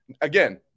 again